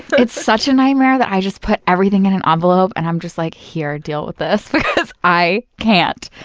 it's such a nightmare that i just put everything in an envelope, and i'm just like, here deal with this because i can't.